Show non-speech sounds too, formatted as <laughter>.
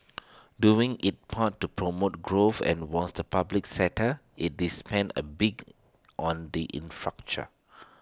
<noise> doing its part to promote growth and was the public sector IT is spent A big on the in facture